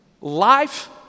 Life